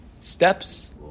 steps